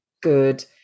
good